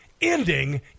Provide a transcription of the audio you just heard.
ending